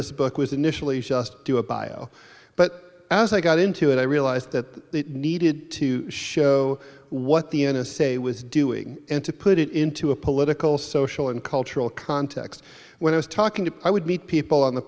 this book was initially shust do a bio but as i got into it i realized that it needed to show what the n s a was doing and to put it into a political social and cultural context when i was talking to i would meet people on the